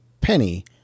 penny